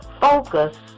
focus